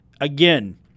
Again